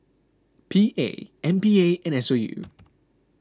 P A M P A and S O U